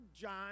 john